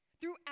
Throughout